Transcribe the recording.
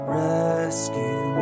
rescue